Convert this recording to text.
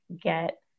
get